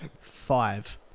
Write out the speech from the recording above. Five